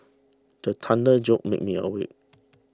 the thunder jolt me awake